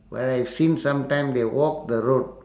where I've seen sometime they walk the road